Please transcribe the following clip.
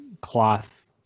cloth